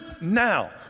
now